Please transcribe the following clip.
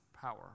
power